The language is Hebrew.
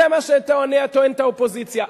זה מה שטוענת האופוזיציה.